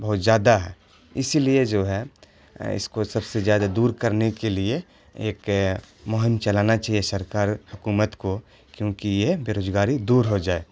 بہت زیادہ ہے اسی لیے جو ہے اس کو سب سے زیادہ دور کرنے کے لیے ایک مہم چلانا چاہیے سرکار حکومت کو کیونکہ یہ بے روزگاری دور ہو جائے